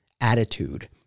attitude